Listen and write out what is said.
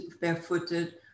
barefooted